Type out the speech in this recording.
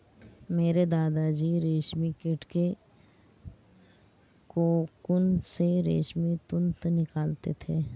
मेरे दादा जी रेशमी कीट के कोकून से रेशमी तंतु निकालते थे